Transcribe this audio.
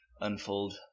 unfold